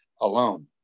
alone